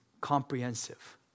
comprehensive